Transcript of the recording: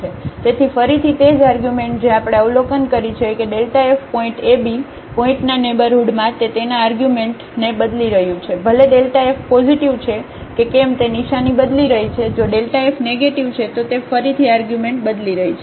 તેથી ફરીથી તે જ આર્ગ્યુમેન્ટ જે આપણે અવલોકન કરી છે કેΔf પોઇન્ટ ab પોઇન્ટના નેઈબરહુડમાં તે તેના આર્ગ્યુમેન્ટઆર્ગ્યુમેન્ટને બદલી રહ્યું છે ભલે Δf પોઝિટિવ છે કે કેમ તે નિશાની બદલી રહી છે જોΔf નેગેટીવ છે તો તે ફરીથી આર્ગ્યુમેન્ટ બદલી રહી છે